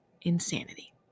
insanity